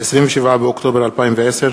27 באוקטובר 2010,